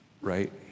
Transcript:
right